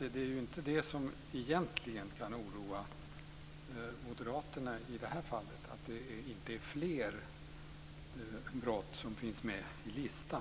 Det är ju inte detta som egentligen kan oroa moderaterna i det här fallet, alltså att det inte är fler brott som finns med på listan.